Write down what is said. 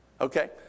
Okay